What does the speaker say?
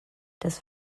des